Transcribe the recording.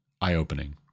eye-opening